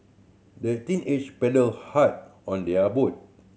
the teenager paddled hard on their boat